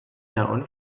known